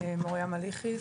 מוריה מליחי,